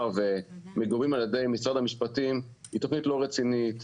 מגובה במשרד המשפטים היא תוכנית לא רצינית,